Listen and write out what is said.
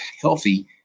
healthy